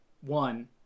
one